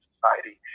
society